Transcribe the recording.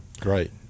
Great